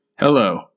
Hello